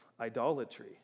idolatry